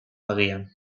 agian